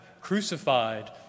crucified